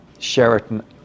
Sheraton